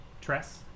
Tress